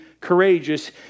courageous